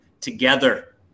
together